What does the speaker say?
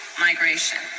migration